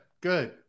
Good